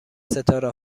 ستاره